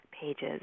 pages